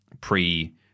pre